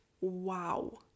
wow